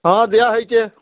ହଁ ଦିଆହେଇଛେ